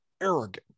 arrogant